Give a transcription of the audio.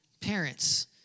parents